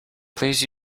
please